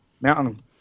mountain